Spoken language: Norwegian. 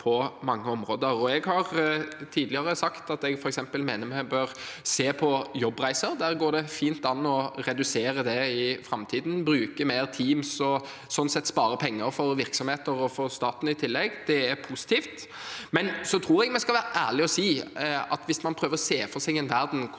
Jeg har tidligere sagt at jeg f.eks. mener vi bør se på jobbreiser. Det går fint an å redusere det i framtiden, bruke mer Teams og sånn sett i tillegg spare penger for virksomheter og for staten. Det er positivt. Samtidig tror jeg vi skal være ærlige og si at hvis man prøver å se for seg en verden